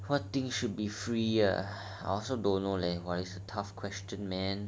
what thing should be free ah I also don't know leh !wah! this is a tough question man